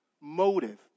motive